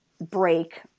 break